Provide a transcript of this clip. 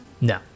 no